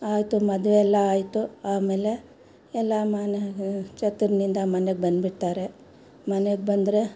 ಆಯ್ತು ಮದುವೆ ಎಲ್ಲ ಆಯ್ತು ಆಮೇಲೆ ಎಲ್ಲ ಮನೆಗೆ ಛತ್ರದಿಂದ ಮನೆಗೆ ಬಂದು ಬಿಡ್ತಾರೆ ಮನೆಗೆ ಬಂದರೆ